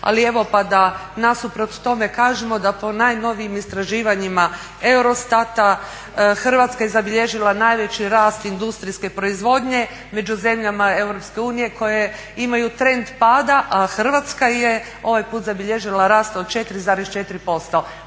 ali evo pa da nasuprot tome kažemo da po najnovijim istraživanjima Eurostat-a Hrvatska je zabilježila najveći rast industrijske proizvodnje među zemljama EU koje imaju trend pada, a Hrvatska je ovaj put zabilježila rast od 4,4%.